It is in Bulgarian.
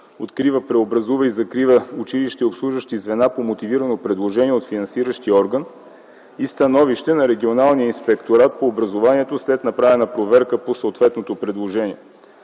открива, преобразува и закрива училища и обслужващи звена по мотивирано предложение от финансиращия орган и становище на Регионалния инспекторат по образование (РИО) след направена проверка по съответното предложение.